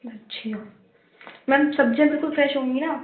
اچھا میم سبزیاں بالکل فریش ہوں گی نا